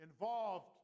Involved